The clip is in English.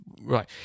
right